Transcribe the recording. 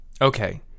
Okay